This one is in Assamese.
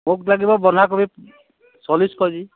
মোক লাগিব বন্ধাকবি চল্লিছ কেজি